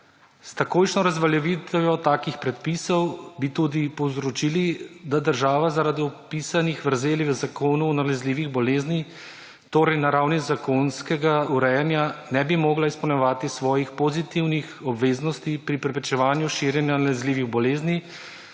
S takojšnjo razveljavitvijo takih predpisov bi tudi povzročili, da država zaradi vpisanih vrzeli v zakonu o nalezljivih boleznih, torej na ravni zakonskega urejanja ne bi mogla izpolnjevati svojih pozitivnih obveznosti pri preprečevanju širjenja nalezljivih bolezni,